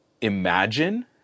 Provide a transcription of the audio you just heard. imagine